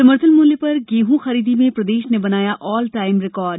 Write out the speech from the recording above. समर्थन मूल्य पर गेंहू खरीदी में प्रदेश ने बनाया ऑलटाइम रिकॉर्ड